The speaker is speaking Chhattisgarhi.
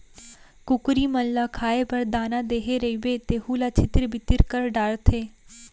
कुकरी मन ल खाए बर दाना देहे रइबे तेहू ल छितिर बितिर कर डारथें